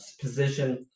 position